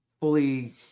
fully